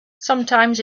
sometimes